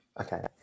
Okay